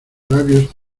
labios